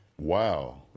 Wow